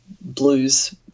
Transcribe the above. blues